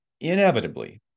Inevitably